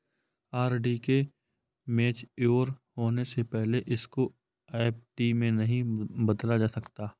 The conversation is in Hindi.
आर.डी के मेच्योर होने से पहले इसको एफ.डी में नहीं बदला जा सकता